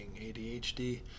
ADHD